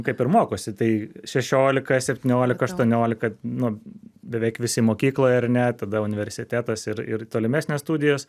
kaip ir mokosi tai šešiolika septyniolika aštuoniolika nu beveik visi mokykloj ar ne tada universitetas ir ir tolimesnės studijos